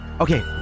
Okay